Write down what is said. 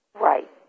Right